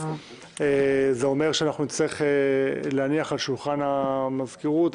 זה אומר שנצטרך להניח על שולחן המזכירות.